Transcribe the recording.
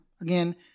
again